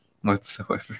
whatsoever